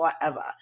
forever